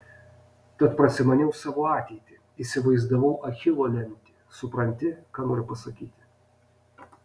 tad prasimaniau savo ateitį įsivaizdavau achilo lemtį supranti ką noriu pasakyti